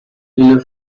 une